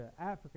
Africa